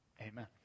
amen